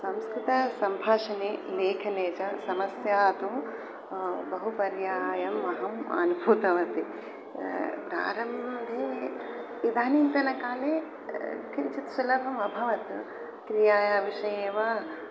संस्कृतसंभाषणे लेखने च समस्या तु बहु पर्यायम् अहम् अनुभूतवति प्रारम्भे इदानींतनकाले किञ्चित् सुलभमभवत् क्रियाया विषयेव